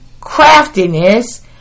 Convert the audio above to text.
craftiness